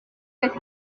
cette